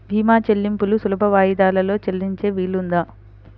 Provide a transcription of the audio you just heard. భీమా చెల్లింపులు సులభ వాయిదాలలో చెల్లించే వీలుందా?